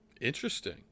Interesting